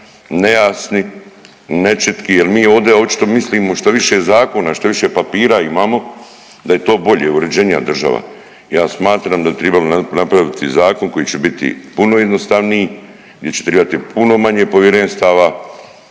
nejasni, nečitki jel mi ovdje očito mislimo što više zakona, što više papira imamo da je to bolje uređenija država. Ja smatram da bi tribalo napraviti zakon koji će biti puno jednostavnije, gdje će trebati puno manje povjerenstava